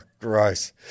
gross